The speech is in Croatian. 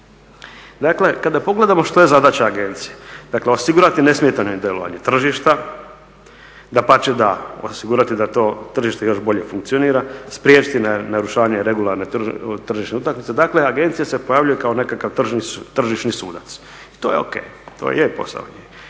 Dakle, kada pogledamo što je zadaća agencije, dakle osigurati nesmetano djelovanje tržišta. Dapače da, osigurati da to tržište još bolje funkcionira, spriječiti narušavanje regularne tržišne utakmice. Dakle, agencija se pojavljuje kao nekakav tržišni sudac i to je o.k. To je posao njen.